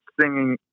singing